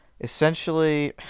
essentially